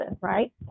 right